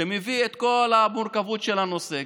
שיביא את כל המורכבות של נושא,